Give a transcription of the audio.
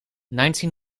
ninety